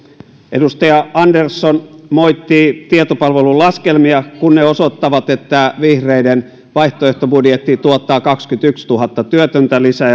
edustaja andersson moitti tietopalvelun laskelmia kun ne osoittavat että vihreiden vaihtoehtobudjetti tuottaa kaksikymmentätuhatta työtöntä lisää